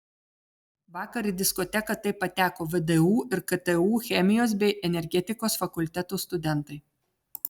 vakar į diskoteką taip pateko vdu ir ktu chemijos bei energetikos fakultetų studentai